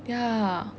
ya